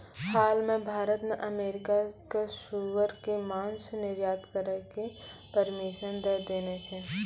हाल मॅ भारत न अमेरिका कॅ सूअर के मांस निर्यात करै के परमिशन दै देने छै